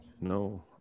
No